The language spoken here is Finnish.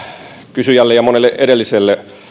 kysyjälle ja monelle edelliselle